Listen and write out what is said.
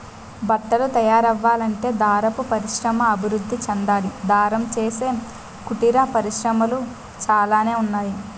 బట్టలు తయారవ్వాలంటే దారపు పరిశ్రమ అభివృద్ధి చెందాలి దారం చేసే కుటీర పరిశ్రమలు చాలానే ఉన్నాయి